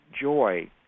joy